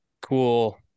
cool